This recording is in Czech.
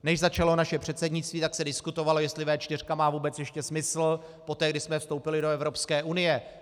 Než začalo naše předsednictví, tak se diskutovalo, jestli V4 má vůbec ještě smysl poté, kdy jsme vstoupili do Evropské unie.